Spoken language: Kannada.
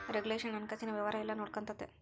ರೆಗುಲೇಷನ್ ಹಣಕಾಸಿನ ವ್ಯವಹಾರ ಎಲ್ಲ ನೊಡ್ಕೆಂತತೆ